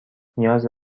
نیاز